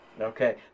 Okay